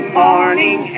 morning